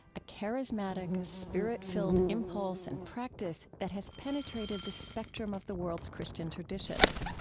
a charismatic, spirit-filled impulse and practice that has penetrated the spectrum of the world's christian traditions.